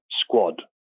squad